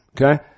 okay